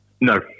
No